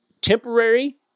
temporary